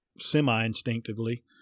semi-instinctively